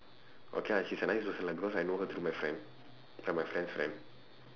okay lah she is a nice person lah because I know her through my friend like my friend's friend